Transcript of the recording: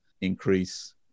increase